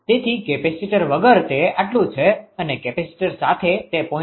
તેથી કેપેસીટર વગર તે આટલું છે અને કેપેસીટર સાથે તે 0